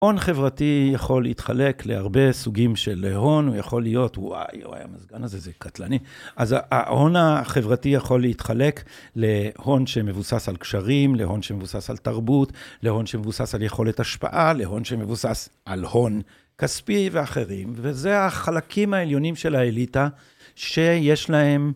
הון חברתי יכול להתחלק להרבה סוגים של הון. הוא יכול להיות, וואי, המזגן הזה זה קטלני. אז ההון החברתי יכול להתחלק להון שמבוסס על קשרים, להון שמבוסס על תרבות, להון שמבוסס על יכולת השפעה, להון שמבוסס על הון כספי ואחרים, וזה החלקים העליונים של האליטה שיש להם.